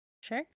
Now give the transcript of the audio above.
Sure